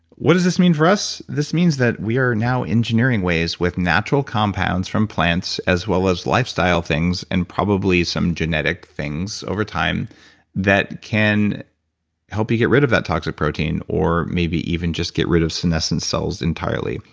what does this mean for us? this means that we are now engineering ways with natural compounds from plants as well as lifestyle things, and probably some genetic things over time that can help you get rid of that toxic protein, or maybe even just get rid of senescence cells entirely.